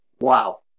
Wow